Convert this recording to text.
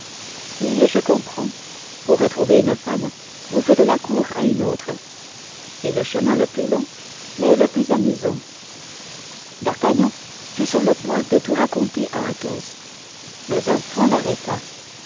oui et je comprends pour retrouver une femme vous faites la cour à une autre c'est le chemin le plus long mais le plus amusant d'artagnan fut sur le point de tout raconter à athos mais un point l'arrêta